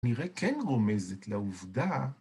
נראה כן רומזת לעובדה.